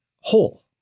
whole